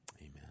Amen